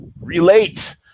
relate